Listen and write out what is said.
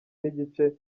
n’igice